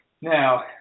now